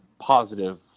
positive